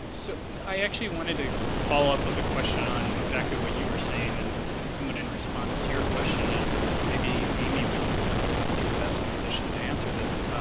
so i actually wanted to follow up with a question on exactly what you were saying. and and somewhat in response to your question, and maybe amy would be in the best position to answer this.